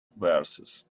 verses